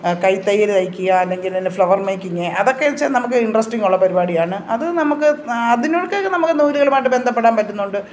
കൈത്തയ്യല് തയ്ക്കുക അല്ലെങ്കിൽ flower making അതൊക്കെ വച്ചാല് നമുക്ക് ഇൻറ്ററസ്റ്റിംഗ് ഉള്ള പരിപാടിയാണ് അതു നമ്മള്ക്ക് അതിനൊക്കെ നമുക്ക് നൂലുകളുമായിട്ട് ബന്ധപ്പെടാന് പറ്റുന്നുണ്ട്